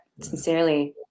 sincerely